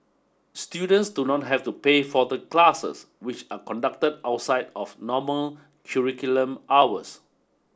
students do not have to pay for the classes which are conducted outside of normal curriculum hours